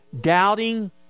doubting